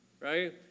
Right